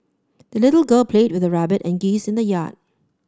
the little girl played with her rabbit and geese in the yard